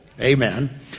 Amen